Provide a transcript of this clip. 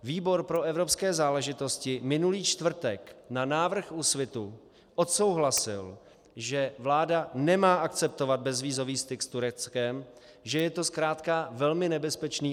Výbor pro evropské záležitosti minulý čtvrtek na návrh Úsvitu odsouhlasil, že vláda nemá akceptovat bezvízový styk s Tureckem, že je to zkrátka velmi nebezpečné.